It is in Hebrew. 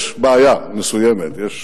יש בעיה מסוימת, יש